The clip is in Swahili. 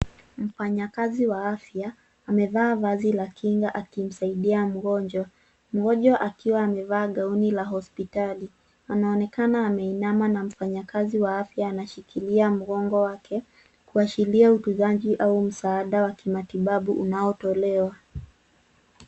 Mfanyakazi wa afya amevaa vazi la kinga akimsaidia mgonjwa. Mgongwa akiwa amevaa gauni la hospitali anaonekana ameinama na mfanyakazi wa afya anashikilia mgongo wake kuashiria utunzaji au msaada wa kimatibabu unaotolewa.